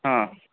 હા